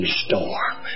storm